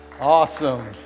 Awesome